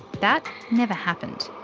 that never happened.